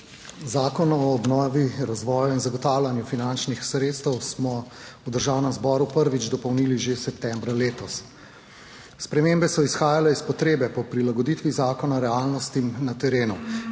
Zakon o obnovi, razvoju in zagotavljanju finančnih sredstev smo v Državnem zboru prvič dopolnili že septembra letos. Spremembe so izhajale iz potrebe po prilagoditvi zakona realnostim na terenu,